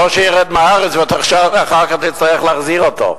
ולא שירד מהארץ ואחר כך אתה תצטרך להחזיר אותו.